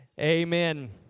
amen